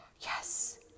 yes